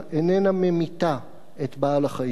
איננה ממיתה את בעל-החיים,